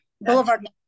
Boulevard